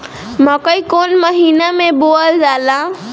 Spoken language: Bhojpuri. मकई कौन महीना मे बोअल जाला?